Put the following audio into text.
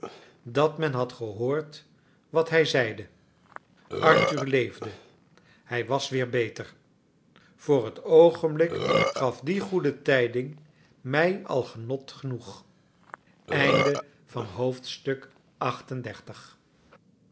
dat men had gehoord wat hij zeide arthur leefde hij was weer beter voor het oogenblik gaf die goede tijding mij al genot genoeg xxxix